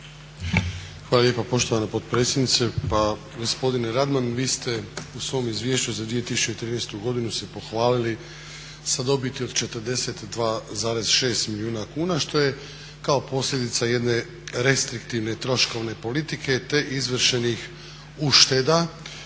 Hvala lijepa poštovana potpredsjednice. Pa gospodine Radman vi ste u svom Izvješću za 2013. godinu se pohvalili sa dobiti od 42,6 milijuna kuna što je kao posljedica jedne restriktivne troškovne politike te izvršenih ušteda